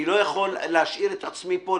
אני לא יכול להשאיר את עצמי פה,